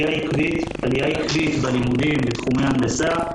אנחנו רואים עלייה עקבית בלימודים בתחומי הנדסה.